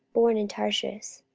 born in tarsus,